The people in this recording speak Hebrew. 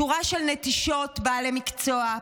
שורה של נטישות בעלי מקצוע,